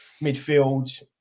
midfield